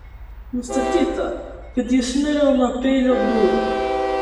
nustatyta kad jis mirė nuo peilio dūrių